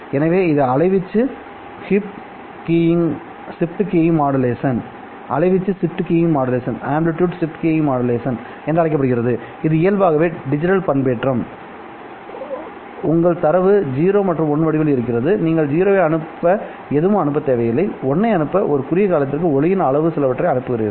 எனவே இது அலைவீச்சு ஷிப்ட் கீயிங் மாடுலேஷன் என்று அழைக்கப்படுகிறது இது இயல்பாகவே டிஜிட்டல் பண்பேற்றம் உங்கள் தரவு 0 மற்றும் 1 வடிவில் வருகிறது நீங்கள் 0 ஐ அனுப்ப எதுவும் அனுப்ப தேவையில்லை 1 ஐ அனுப்ப ஒரு குறுகிய காலத்திற்கு ஒளியின் அளவு சிலவற்றை அனுப்புகிறீர்கள்